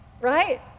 Right